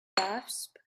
rasp